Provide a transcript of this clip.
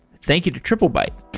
thank you to triplebyte